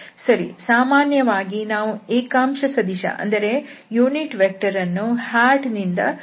ಸರಿ ಸಾಮಾನ್ಯವಾಗಿ ನಾವು ಏಕಾಂಶ ಸದಿಶಅನ್ನು ಹಾಟ್ ನಿಂದ ಸೂಚಿಸುತ್ತೇವೆ